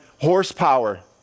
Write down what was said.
horsepower